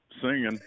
singing